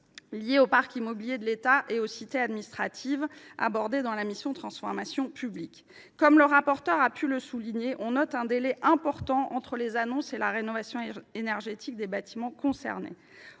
au parc immobilier de l’État et aux cités administratives, question abordée dans la mission « Transformation et fonction publiques ». Comme le rapporteur spécial a pu le souligner, on note un délai important entre les annonces et la rénovation énergétique des bâtiments concernés.